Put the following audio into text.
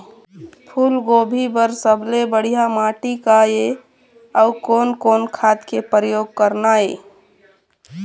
फूलगोभी बर सबले बढ़िया माटी का ये? अउ कोन कोन खाद के प्रयोग करना ये?